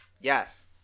yes